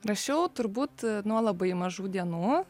rašiau turbūt nuo labai mažų dienų